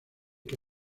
que